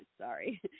Sorry